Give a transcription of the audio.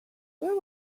where